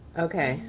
okay,